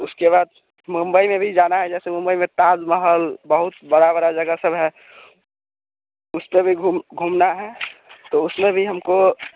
उसके बाद मुंबई में भी जाना है जेसे मुंबई में ताज महल बहुत बड़ी बड़ी जगह सब हैं उसपे भी घूम घूमना है तो उसमें भी हमको